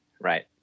Right